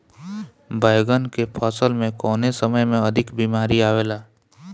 बैगन के फसल में कवने समय में अधिक बीमारी आवेला?